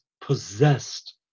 possessed